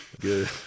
good